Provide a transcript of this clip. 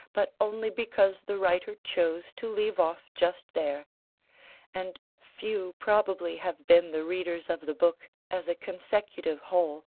but only because the writer chose to leave off just there and few probably have been the readers of the book as a consecutive whole.